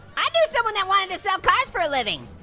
i knew someone that wanted to sell cars for a living,